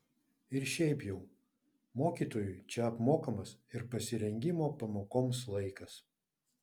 ir šiaip jau mokytojui čia apmokamas ir pasirengimo pamokoms laikas